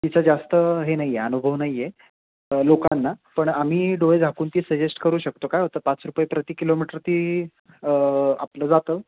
तिचं जास्त हे नाही आहे अनुभव नाही आहे लोकांना पण आम्ही डोळे झाकून ती सजेस्ट करू शकतो काय होत पाच रुपये प्रति किलोमीटर ती आपलं जातं